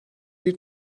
bir